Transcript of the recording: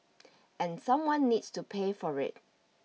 and someone needs to pay for it